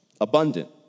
abundant